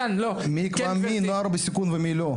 מי יקבע מי נוער בסיכון ומי לא?